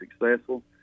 successful